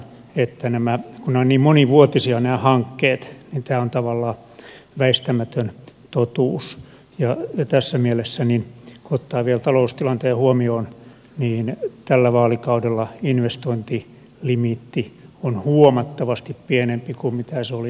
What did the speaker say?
kun nämä hankkeet ovat niin monivuotisia niin tämä on tavallaan väistämätön totuus ja tässä mielessä kun ottaa vielä taloustilanteen huomioon tällä vaalikaudella investointilimiitti on huomattavasti pienempi kuin mitä se oli viime vaalikaudella